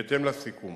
בהתאם לסיכום